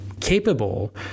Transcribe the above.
capable